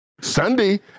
Sunday